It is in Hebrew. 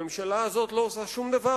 הממשלה הזאת לא עושה שום דבר